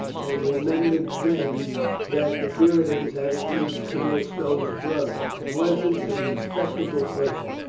and remembered then that the puritans had at least colonel stow's brother, a pleasant if respectable person.